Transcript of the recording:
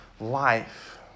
life